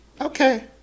Okay